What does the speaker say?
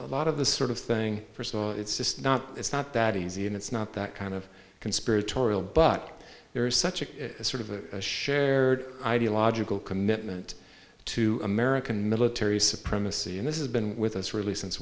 a lot of the sort of thing personal it's just not it's not that easy and it's not that kind of conspiratorial but there is such a sort of a shared ideological commitment to american military supremacy and this is been with us really since